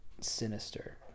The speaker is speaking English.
sinister